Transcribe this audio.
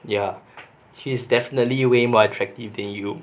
ya she's definitely way more attractive than you